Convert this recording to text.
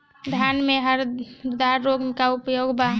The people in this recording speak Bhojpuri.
धान में हरदा रोग के का उपाय बा?